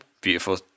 Beautiful